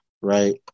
right